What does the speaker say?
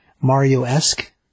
Mario-esque